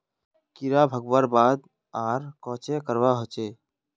कीड़ा भगवार बाद आर कोहचे करवा होचए?